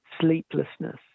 sleeplessness